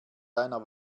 deiner